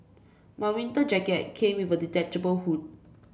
my winter jacket came with a detachable hood